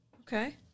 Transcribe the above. okay